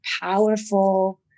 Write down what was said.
powerful